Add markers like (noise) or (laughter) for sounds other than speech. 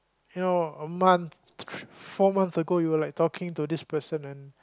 you know a month (noise) four months ago you were like talking to this person and